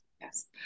Yes